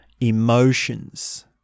emotions